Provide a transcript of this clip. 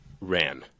ran